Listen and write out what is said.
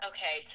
Okay